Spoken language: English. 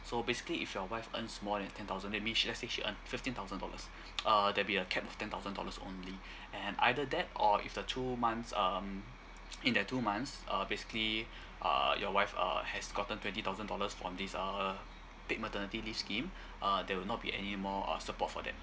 so basically if your wife earns more than ten thousand let me s~ let's say she earn fifteen thousand dollars uh there'll be a capped of ten thousand dollars only and either that or if the two months um in that two months uh basically uh your wife uh has gotten twenty thousand dollars from this uh paid maternity leave scheme uh there will not be any more uh support for that